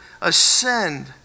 ascend